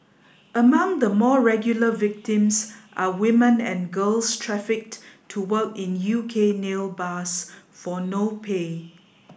among the more regular victims are women and girls trafficked to work in U K nail bars for no pay